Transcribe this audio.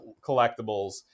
collectibles